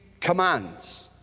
commands